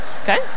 Okay